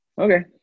Okay